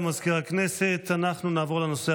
מאת חברי הכנסת דבי